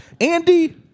Andy